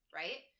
right